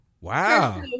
wow